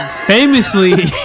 famously